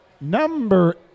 number